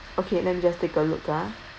okay let me just take a look ah